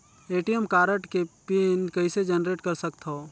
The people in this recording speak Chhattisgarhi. ए.टी.एम कारड के पिन कइसे जनरेट कर सकथव?